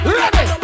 ready